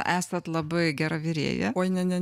esat labai gera virėja oi ne ne ne